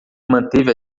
manteve